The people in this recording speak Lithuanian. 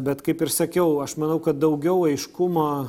bet kaip ir sakiau aš manau kad daugiau aiškumo